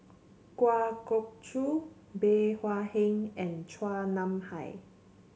Kwa Geok Choo Bey Hua Heng and Chua Nam Hai